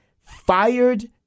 fired